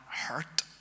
hurt